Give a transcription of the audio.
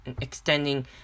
extending